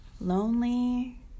lonely